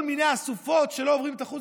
כדי שכל מיני אסופות שלא עוברים את אחוז